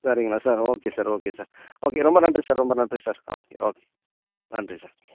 சரிங்களா sir okay sir okay sir okay ரொம்ப நன்றி சார் ரொம்ப நன்றி சார் ஓகே ஓகே நன்றி சார்